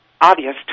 obvious